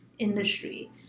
industry